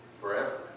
forever